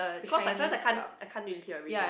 because I sometimes I can't I can't really hear everything